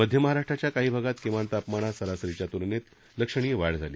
मध्य महाराष्ट्राच्या काही भागात किमान तापमानात सरासरीच्या तुलनेत लक्षणीय वाढ झाली